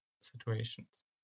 situations